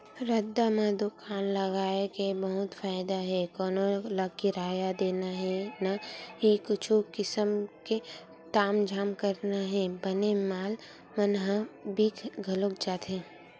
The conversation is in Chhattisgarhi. रद्दा म दुकान लगाय के बहुते फायदा हे कोनो ल किराया देना हे न ही कुछु किसम के तामझाम करना हे बने माल मन ह बिक घलोक जाथे